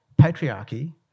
patriarchy